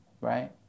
Right